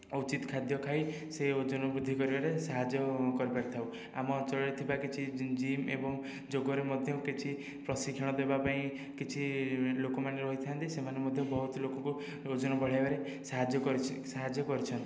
ଉଚିତ ଖାଦ୍ୟ ଖାଇ ସେ ଓଜନ ବୃଦ୍ଧି କରିବାରେ ସାହାଯ୍ୟ କରିପାରିଥାଉ ଆମ ଅଞ୍ଚଳରେ ଥିବା କିଛି ଜିମ୍ ଏବଂ ଯୋଗରେ ମଧ୍ୟ କିଛି ପ୍ରଶିକ୍ଷଣ ଦେବା ପାଇଁ କିଛି ଲୋକମାନେ ରହିଥାନ୍ତି ସେମାନେ ମଧ୍ୟ ବହୁତ ଲୋକକୁ ଓଜନ ବଢ଼ାଇବାରେ ସାହାଯ୍ୟ କରିଛି ସାହାଯ୍ୟ କରିଛନ୍ତି